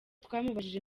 twamubajije